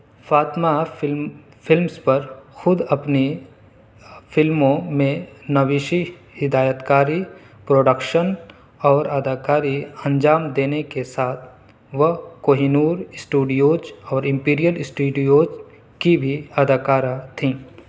Fatima film films پر خود اپنی فلموں میں نویشی ہدایت کاری پروڈکشن اور اداکاری انجام دینے کے ساتھ وہ کوہ نور اسٹوڈیوز اور امپیریل اسٹیڈیوز کی بھی اداکارہ تھیں